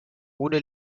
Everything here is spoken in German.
ohne